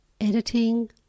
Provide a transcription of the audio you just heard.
Editing